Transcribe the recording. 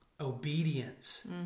obedience